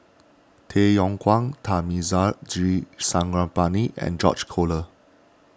Tay Yong Kwang Thamizhavel G Sarangapani and George Collyer